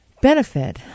benefit